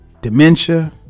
dementia